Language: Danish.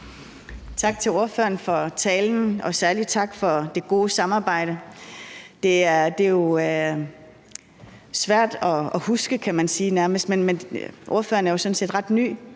Tak til ordføreren for talen, og særlig tak for det gode samarbejde. Det er jo svært at huske, kan man nærmest sige, men ordføreren er sådan set ret ny